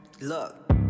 Look